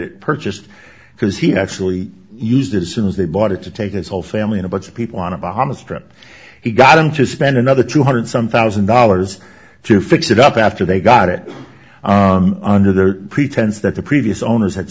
it purchased because he actually used it as soon as they bought it to take his whole family in a bunch of people on a hama strip he got them to spend another two hundred some thousand dollars to fix it up after they got it under the pretense that the previous owners had